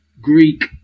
Greek